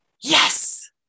Yes